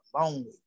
lonely